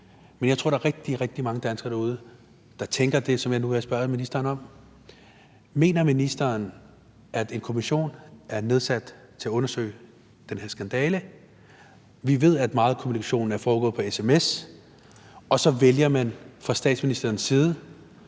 og jeg tror, at der er rigtig, rigtig mange danskere derude, der tænker det, som jeg nu vil spørge ministeren om: Mener ministeren, at en kommission er nedsat til at undersøge den her skandale? Vi ved, at meget af kommunikationen er foregået via sms, og så vælger man fra statsministerens side